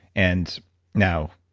and now.